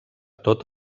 tot